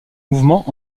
mouvements